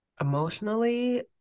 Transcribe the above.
Emotionally